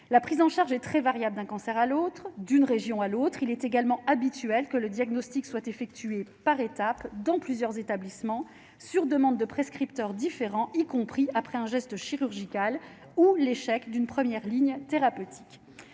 la prise en charge est très variable d'un cancer à l'autre, d'une région à l'autre, il est également habituel que le diagnostic soit effectuée par étapes dans plusieurs établissements, sur demande de prescripteurs différents, y compris après un geste chirurgical ou l'échec d'une première ligne thérapeutique